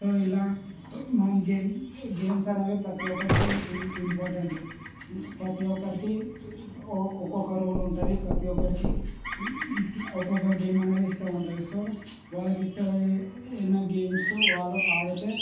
so ఇలా మనం game games అనేవి ప్రతి ఒక్కరికి ఇం ఇంపార్టెంట్ ప్రతి ఒక్కరికి ఒక్కొక్క రోల్ ఉంటుంది ప్రతి ఒక్కరికి ఒక్కొక్క గేమ్ అనేది ఇష్టం ఉంటుంది సో వాళ్ళకి ఇష్టమైన గేమ్స్ వాళ్ళు ఆడితే